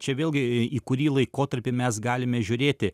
čia vėlgi į kurį laikotarpį mes galime žiūrėti